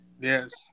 Yes